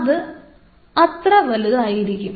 അത് അത്ര വലുതായിരിക്കും